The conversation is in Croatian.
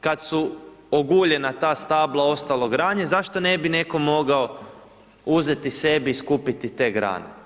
kad su oguljena ta stabla ostalo granje, zašto ne bi neko mogao uzeti sebi i skupiti te grane.